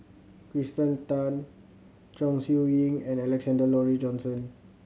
Kirsten Tan Chong Siew Ying and Alexander Laurie Johnston